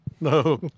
No